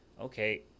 okay